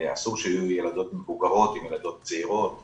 אסור שיהיו ילדות מבוגרות עם ילדות צעירות וכולי,